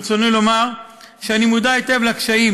ברצוני לומר שאני מודע היטב לקשיים